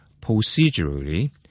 procedurally